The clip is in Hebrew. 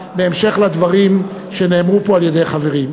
בהמשך לדברים שנאמרו פה על-ידי חברים.